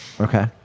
Okay